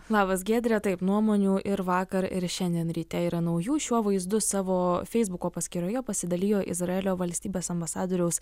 labas giedre taip nuomonių ir vakar ir šiandien ryte yra naujų šiuo vaizdu savo feisbuko paskyroje pasidalijo izraelio valstybės ambasadoriaus